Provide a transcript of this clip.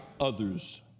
others